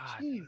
God